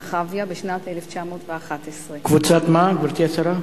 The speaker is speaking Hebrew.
מרחביה, בשנת 1911. קבוצת מה, גברתי השרה?